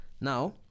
Now